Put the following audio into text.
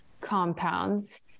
compounds